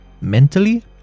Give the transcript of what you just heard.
mentally